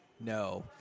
no